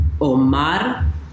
Omar